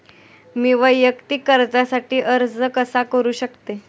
मी वैयक्तिक कर्जासाठी अर्ज कसा करु शकते?